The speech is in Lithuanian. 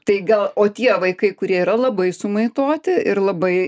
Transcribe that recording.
tai gal o tie vaikai kurie yra labai sumaitoti ir labai